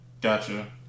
Gotcha